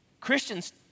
Christians